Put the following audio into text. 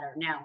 Now